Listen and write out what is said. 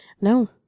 No